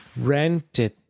rented